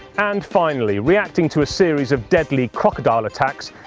and finally reacting to a series of deadly crocodile attacks,